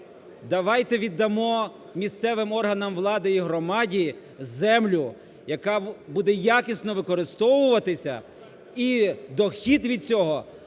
Давайте віддамо місцевим органам влади і громаді землю, яка буде якісно використовуватися і дохід від цього